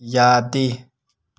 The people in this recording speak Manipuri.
ꯌꯥꯗꯦ